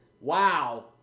Wow